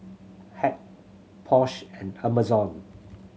Hack Porsche and Amazon